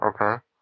okay